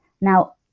Now